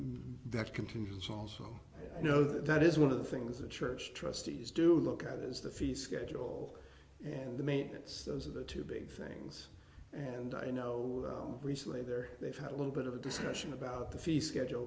that continues also you know that is one of the things the church trustees do look at is the fee schedule and the maintenance those are the two big things and i know recently there they've had a little bit of a discussion about the fee schedule